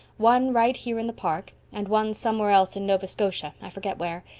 one right here in the park, and one somewhere else in nova scotia, i forget where.